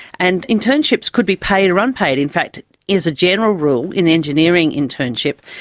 and internships could be paid or unpaid. in fact it is a general rule in engineering internships,